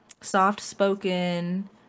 soft-spoken